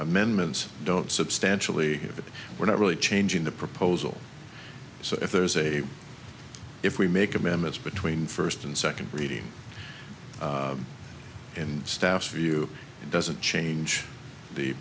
amendments don't substantially we're not really changing the proposal so if there's a if we make amendments between first and second reading and staff view it doesn't change the